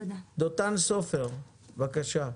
דותן סופר, בבקשה.